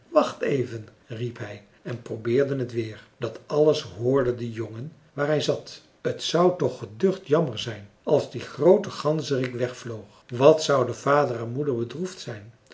wacht even riep hij en probeerde het weer dat alles hoorde de jongen waar hij zat t zou toch geducht jammer zijn als die groote ganzerik wegvloog wat zouden vader en moeder bedroefd zijn